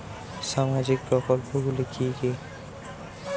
সামাজিক প্রকল্প গুলি কি কি?